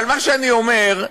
אבל מה שאני אומר,